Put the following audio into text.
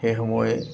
সেই সময়ে